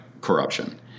corruption